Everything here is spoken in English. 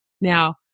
Now